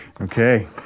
Okay